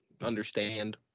understand